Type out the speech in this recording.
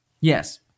yes